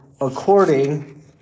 according